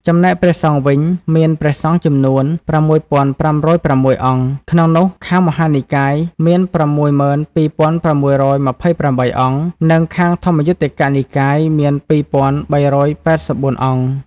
ចំណែក ព្រះសង្ឃវិញ មានព្រះសង្ឃចំនួន ៦៥០៦ អង្គ ក្នុងនោះខាងមហានិកាយ មាន ៦២៦៧៨ អង្គ និងខាងធម្មយុត្តិកនិកាយមាន ២៣៨៤ អង្គ។